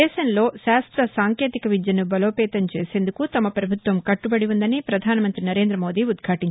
దేశంలో శాస్త సాంకేతిక విద్యను బలోపేతం చేసేందుకు తమ పభుత్వం కట్టుబడి ఉందని ప్రధానమంత్రి నరేంద్ర మోదీ ఉద్యాటించారు